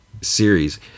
series